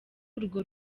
urwo